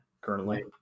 currently